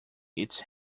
its